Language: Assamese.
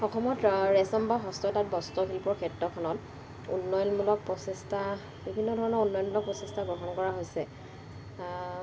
অসমত ৰেচম বা হস্ততাত বস্ত্ৰশিল্পৰ ক্ষেত্ৰখনত উন্নয়নমূলক প্ৰচেষ্টা বিভিন্ন ধৰণৰ উন্নয়নমূলক প্ৰচেষ্টা গ্ৰহণ কৰা হৈছে